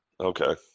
Okay